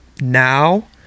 Now